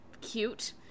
cute